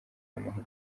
mahugurwa